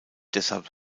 deshalb